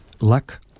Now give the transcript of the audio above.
luck